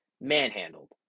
Manhandled